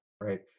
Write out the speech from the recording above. Right